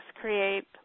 create